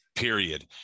Period